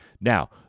Now